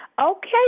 Okay